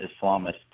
Islamist